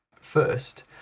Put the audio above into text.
first